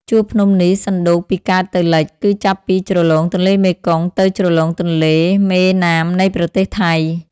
ជួរភ្នំនេះសណ្ដូកពីកើតទៅលិច គឺចាប់ពីជ្រលង ទន្លេមេគង្គ ទៅជ្រលងទន្លេមេណាមនៃប្រទេសថៃ ។